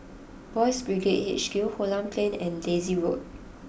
Boys' Brigade H Q Holland Plain and Daisy Road